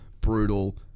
brutal